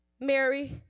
Mary